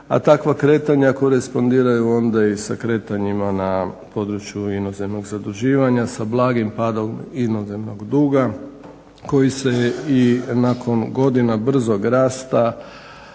A takva kretanja korespondiraju onda i sa kretanjima na području inozemnog zaduživanja, sa blagim padom inozemnog duga koji se i nakon godina brzog rasta